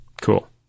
Cool